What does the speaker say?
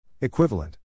Equivalent